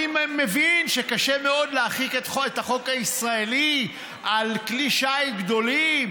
אני מבין שקשה מאוד להחיל את החוק הישראלי על כלי שיט גדולים,